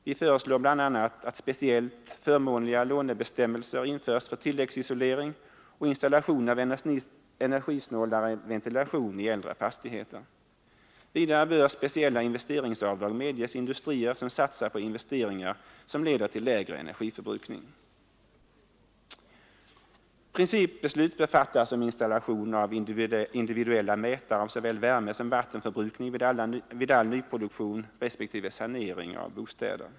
Vi föreslår bl.a. att speciellt förmånliga lånebestämmelser införs för tilläggsisolering och installation av energisnålare ventilation i äldre fastigheter. Vidare bör speciella investeringsavdrag medges industrier som satsar på investeringar vilka leder till lägre energiförbrukning. Principbeslut bör fattas om installation av individuella mätare av såväl värme som vattenförbrukning vid all nyproduktion respektive sanering av bostäder.